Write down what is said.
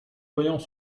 voyants